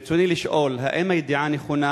ברצוני לשאול: 1. האם הידיעה נכונה?